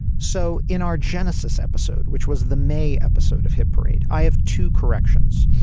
so in our genesis episode, which was the may episode of hit parade, i have two corrections.